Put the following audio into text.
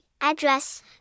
Address